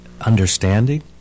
understanding